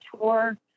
tour